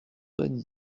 bonne